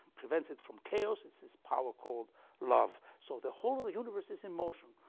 prevents it from chaos, it's this power called love so the whole universe is in motion.